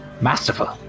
Masterful